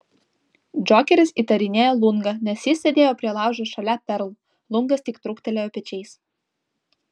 džokeris įtarinėja lungą nes jis sėdėjo prie laužo šalia perl lungas tik trūktelėjo pečiais